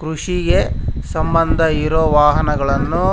ಕೃಷಿಗೆ ಸಂಬಂಧ ಇರೊ ವಾಹನಗಳನ್ನು